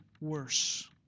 worse